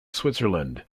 switzerland